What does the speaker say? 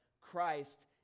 Christ